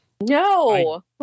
no